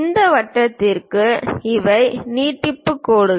இந்த வட்டத்திற்கு இவை நீட்டிப்பு கோடுகள்